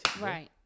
Right